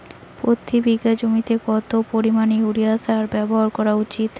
প্রতি বিঘা জমিতে কত পরিমাণ ইউরিয়া সার ব্যবহার করা উচিৎ?